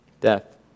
death